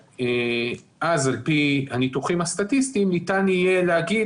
שאז על פי הניתוחים הסטטיסטיים ניתן יהיה להגיד